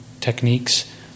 techniques